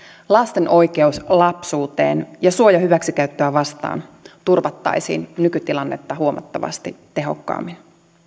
lasten oikeus lapsuuteen ja suoja hyväksikäyttöä vastaan turvattaisiin nykytilannetta huomattavasti tehokkaammin